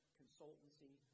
consultancy